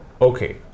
okay